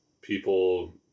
people